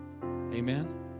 Amen